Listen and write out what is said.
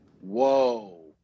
Whoa